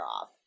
off